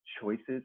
choices